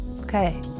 Okay